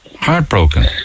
Heartbroken